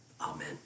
Amen